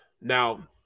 now